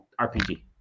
RPG